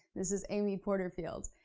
this is amy porterfield.